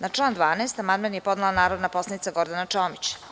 Na član 12. amandman je podnela narodna poslanica Gordana Čomić.